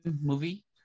movie